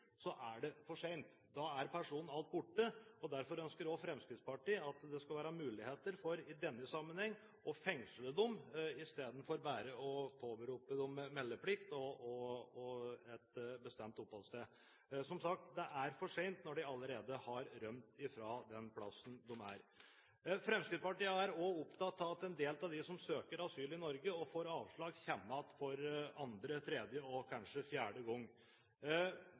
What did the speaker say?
er det for sent. Da er personen alt borte. Derfor ønsker også Fremskrittspartiet at det skal være muligheter for i denne sammenheng å fengsle dem, istedenfor bare å påberope dem meldeplikt og et bestemt oppholdssted. Som sagt, det er for sent når de allerede har rømt fra den plassen de er. Fremskrittspartiet er også opptatt av at en del av dem som søker asyl i Norge og får avslag, kommer igjen for andre, tredje og kanskje fjerde gang.